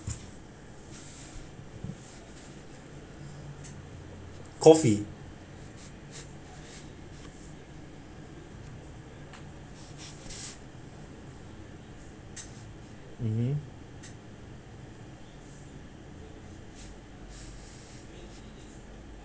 coffee mmhmm